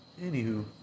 Anywho